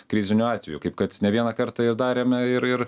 kriziniu atveju kaip kad ne vieną kartą ir darėme ir ir